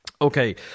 Okay